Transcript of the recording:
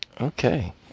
Okay